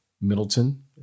Middleton